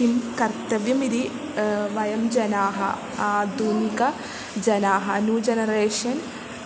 किं कर्तव्यम् इति वयं जनाः आधुनिकजनाः न्यू जनरेशन्